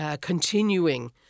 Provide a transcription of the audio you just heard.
continuing